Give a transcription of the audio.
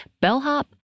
bellhop